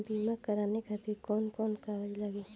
बीमा कराने खातिर कौन कौन कागज लागी?